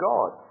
God